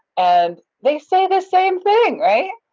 and they say the same thing, right?